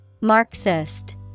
Marxist